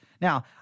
Now